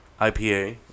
IPA